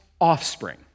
offspring